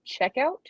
checkout